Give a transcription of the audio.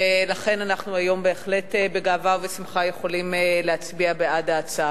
ולכן אנחנו היום בהחלט בגאווה ובשמחה יכולים להצביע בעד ההצעה.